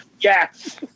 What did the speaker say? Yes